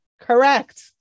correct